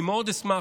אני מאוד אשמח,